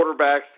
quarterbacks